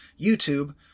YouTube